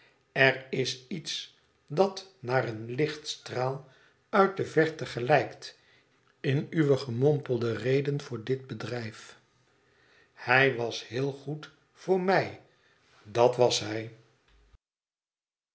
er is iets dat naar een lichtstraal uit de verte gelijkt in uwe gemompelde reden voor dit bedrijf hij was heel goed voor mij dat was hij